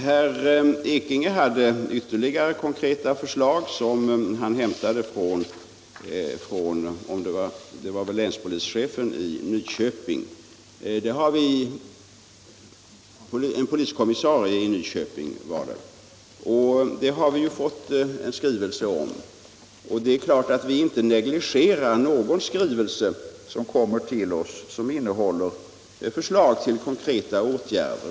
Herr Ekinge hade ytterligare konkreta förslag, som han hämtade från en poliskommissarie i Nyköping och som vi har fått en skrivelse om. Det är klart att vi inte negligerar någon skrivelse som kommer till oss och som innehåller förslag till konkreta åtgärder.